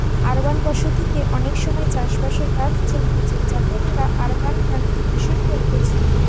urban বসতি তে অনেক সময় চাষ বাসের কাজ চলতিছে যাকে মোরা আরবান কাল্টিভেশন বলতেছি